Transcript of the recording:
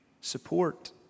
support